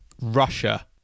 Russia